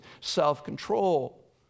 self-control